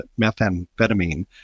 methamphetamine